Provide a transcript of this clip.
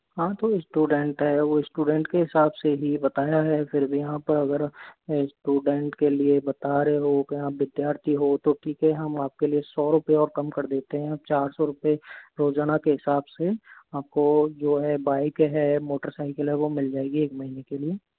हाँ तो स्टूडेंट है वो स्टूडेंट के हिसाब से ही भी बताया है फिर भी आप अगर स्टूडेंट के लिए बता रहे हो कि आप विद्यार्थी हो तो ठीक है हम आपके लिए सौ रुपए और कम कर देते हैं और चार सौ रुपय रोज़ाना के हिसाब से आपको जो है बाइक है मोटरसाइकिल है वो मिल जाएगी एक महीने के लिए